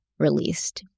released